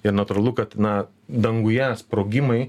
ir natūralu kad na danguje sprogimai